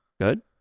Good